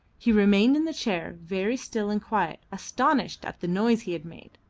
he remained in the chair, very still and quiet, astonished at the noise he had made.